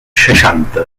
seixanta